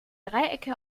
dreiecke